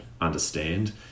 understand